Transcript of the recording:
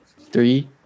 Three